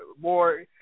more